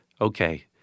okay